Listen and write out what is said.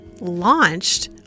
launched